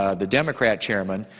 ah the democrat chairman,